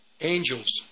Angels